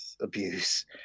abuse